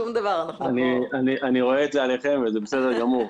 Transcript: אני רואה את זה עליכם וזה בסדר גמור.